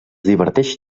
diverteix